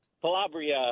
Calabria